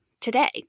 today